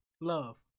Love